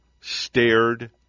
stared